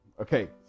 Okay